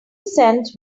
cents